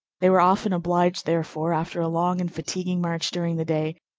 they were often obliged, therefore, after a long and fatiguing march during the day,